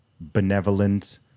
benevolent